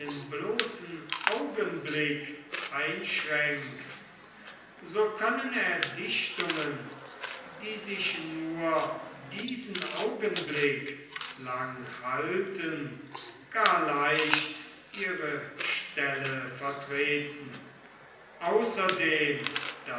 bloßen augenblick einschränkt so können erdichtungen die sich nur diesen augenblick lang halten gar leicht ihre stelle vertreten außerdem